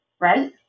right